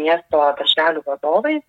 miesto darželių vadovais